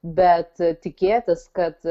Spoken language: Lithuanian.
bet tikėtis kad